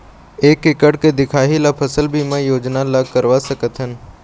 एक एकड़ के दिखाही ला फसल बीमा योजना ला करवा सकथन?